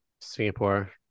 Singapore